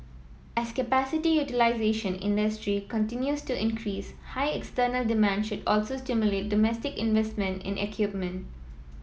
as capacity utilisation in industry continues to increase high external demand should also stimulate domestic investment in equipment